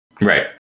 Right